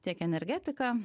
tiek energetika